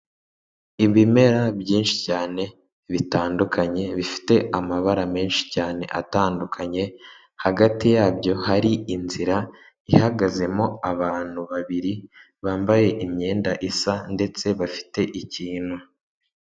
Ibimera byinshi cyane bitandukanye bifite amabara menshi cyane atandukanye, hagati yabyo hari inzira ihagazemo abantu babiri bambaye imyenda isa ndetse bafite ikintu.